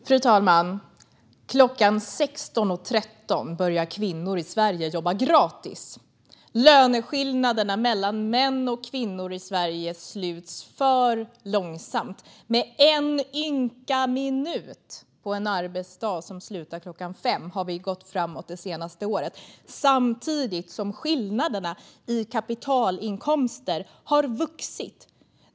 Fru talman! Klockan 16.13 börjar kvinnor i Sverige att jobba gratis. Löneskillnaderna mellan män och kvinnor i Sverige sluts för långsamt. Med en ynka minut på en arbetsdag som slutar klockan 17.00 har vi gått framåt det senaste året, samtidigt som skillnaderna i kapitalinkomster har vuxit.